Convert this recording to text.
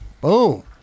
Boom